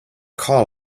call